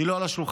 לא על השולחן,